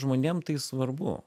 žmonėm tai svarbu